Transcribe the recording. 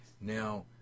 now